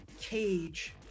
cage